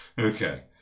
Okay